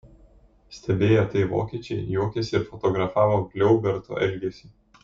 stebėję tai vokiečiai juokėsi ir fotografavo gliauberto elgesį